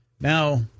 Now